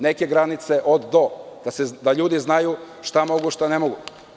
Neke granice od-do, da ljudi znaju šta mogu a šta ne mogu.